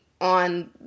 on